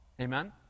amen